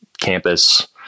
campus